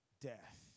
death